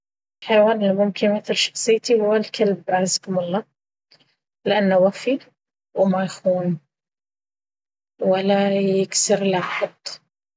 الحيوان اللي ممكن يمثل شخصيتي هو الكلب أعزكم الله لأن وفي وما يخون ولا يكسر العهد.